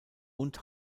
und